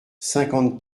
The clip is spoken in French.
cinquante